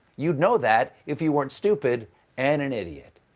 you'd know that if you weren't stupid and an idiot.